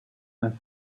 and